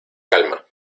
calma